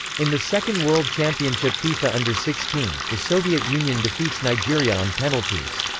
in the second world championship fifa under sixteen, the soviet union defeats nigeria on penalties.